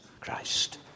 Christ